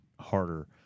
harder